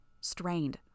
strained